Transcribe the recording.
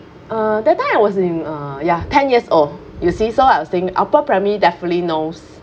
uh that time I was in uh ya ten years old you see so I was saying upper primary definitely knows